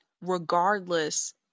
regardless